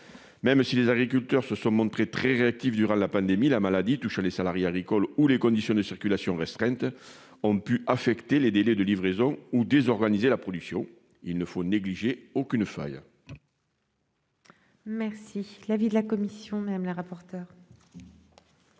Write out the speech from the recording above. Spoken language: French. Même si les agriculteurs ont été très réactifs durant la pandémie que nous venons de vivre, la maladie touchant les salariés agricoles ou les conditions de circulation restreinte ont pu affecter les délais de livraison ou désorganiser la production. Il ne faut négliger aucune faille. Quel est l'avis de la commission ? Autant